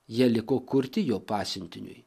jie liko kurti jo pasiuntiniui